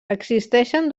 existeixen